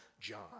John